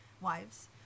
Wives